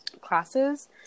classes